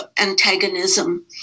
antagonism